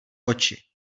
oči